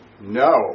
no